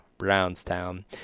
Brownstown